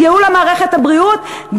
"ייעול מערכת הבריאות,